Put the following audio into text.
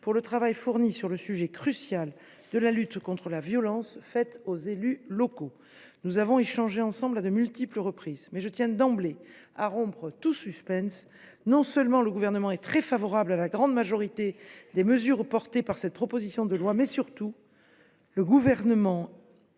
pour le travail fourni sur le sujet crucial de la lutte contre la violence faite aux élus locaux. Nous avons échangé ensemble à de multiples reprises, mais je tiens d’emblée à rompre tout suspense : non seulement le Gouvernement est très favorable à la grande majorité des mesures portées par cette proposition de loi, mais, surtout, il considère